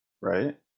right